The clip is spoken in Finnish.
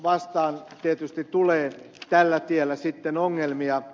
vastaan tietysti tulee tällä tiellä sitten ongelmia